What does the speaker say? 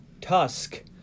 Tusk